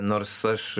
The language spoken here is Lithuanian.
nors aš